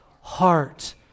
heart